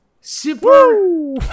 Super